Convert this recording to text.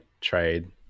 trade